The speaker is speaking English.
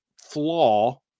flaw